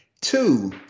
Two